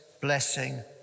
blessing